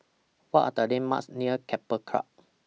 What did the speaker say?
What Are The landmarks near Keppel Club